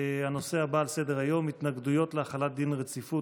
הנושא הבא על סדר-היום: התנגדויות להחלת דין רציפות